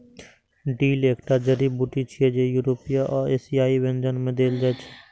dill एकटा जड़ी बूटी छियै, जे यूरोपीय आ एशियाई व्यंजन मे देल जाइ छै